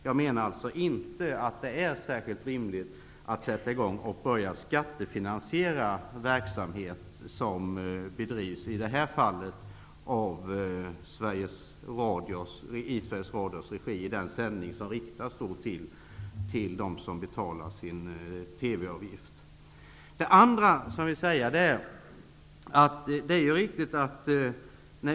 Det är alltså inte särskilt rimligt, menar jag, att som i det här fallet börja skattefinansiera verksamhet som bedrivs i Sveriges Radios regi och i den sändning som riktas till dem som betalar sin TV-avgift.